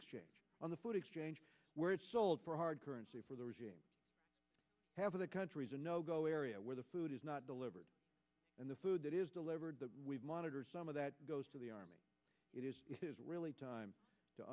exchange on the boat exchange where it's sold for hard currency for the regime have the countries a no go area where the food is not delivered and the food that is delivered the monitors some of that goes to the army really time to